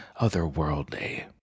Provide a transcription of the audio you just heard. otherworldly